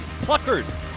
Pluckers